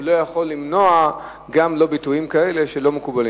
הוא לא יכול למנוע גם לא ביטויים כאלה שלא מקובלים.